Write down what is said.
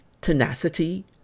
tenacity